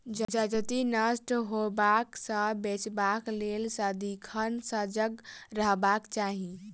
जजति नष्ट होयबा सँ बचेबाक लेल सदिखन सजग रहबाक चाही